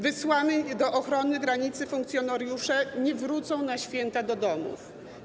Wysłani w celu ochrony granicy funkcjonariusze nie wrócą na święta do domów.